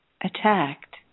attacked